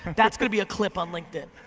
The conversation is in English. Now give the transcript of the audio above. that's gonna be a clip on linkedin.